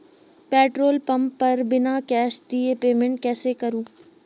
Petrol pump पर बिना cash दिए पेमेंट कैसे करूँ?